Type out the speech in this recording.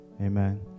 Amen